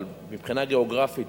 אבל מבחינה גיאוגרפית,